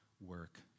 work